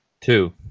two